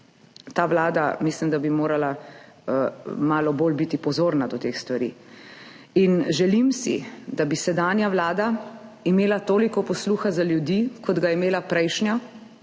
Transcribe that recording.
Ta vlada mislim, da bi morala biti malo bolj pozorna na te stvari. Želim si, da bi sedanja vlada imela toliko posluha za ljudi, kot ga je imela prejšnja,